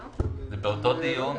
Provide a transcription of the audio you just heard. זה בנושא הבא.